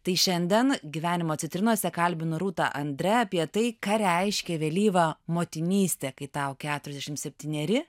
tai šiandien gyvenimo citrinose kalbinu rūta andre apie tai ką reiškia vėlyva motinystė kai tau keturiasdešim septyneri